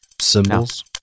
Symbols